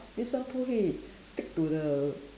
this one 不会 stick to the